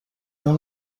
اون